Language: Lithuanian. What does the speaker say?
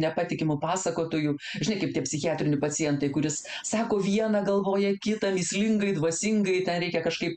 nepatikimu pasakotoju žinai kaip tie psichiatrinių pacientai kuris sako viena galvoja kita mįslingai dvasingai ten reikia kažkaip